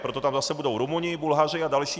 Proto tam zase budou Rumuni, Bulhaři a další.